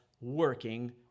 working